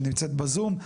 שנמצאת בזום,